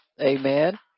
amen